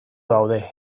daude